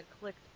clicked